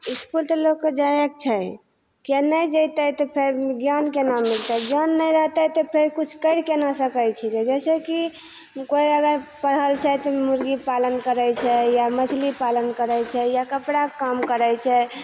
इसकुल तऽ लोकके जायके छै किए नहि जेतै तऽ फेर ज्ञान केना मिलतै ज्ञान नहि रहतै तऽ फेर किछु कैरि केना सकै छिकै जैसे की कोइ अगर पढ़ल छै तऽ मुर्गी पालन करै छै या मछली पालन करै छै या कपड़ाके काम करै छै